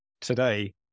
today